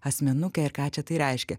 asmenukę ir ką čia tai reiškia